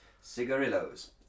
cigarillos